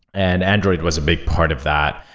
and android was a big part of that,